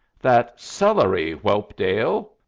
that celery, whelpdale!